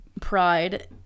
pride